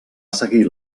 seguir